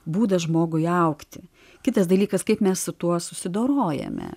būdas žmogui augti kitas dalykas kaip mes su tuo susidorojame